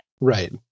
Right